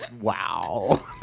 wow